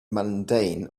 mundane